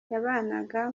yabanaga